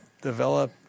develop